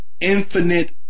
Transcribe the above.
infinite